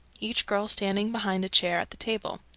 each girl standing behind a chair at the table.